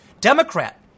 Democrat